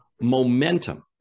Momentum